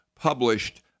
published